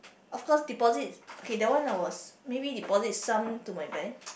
of course deposit okay that one I was maybe deposit some to my bank